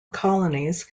colonies